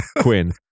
Quinn